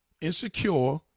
insecure